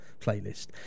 playlist